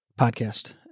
podcast